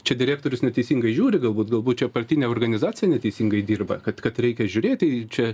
čia direktorius neteisingai žiūri galbūt galbūt čia partinė organizacija neteisingai dirba kad kad reikia žiūrėti į čia